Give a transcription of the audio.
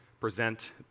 present